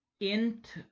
Int